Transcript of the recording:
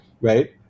right